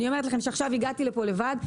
עכשיו הגעתי לפה לבד,